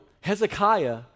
Hezekiah